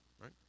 right